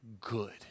good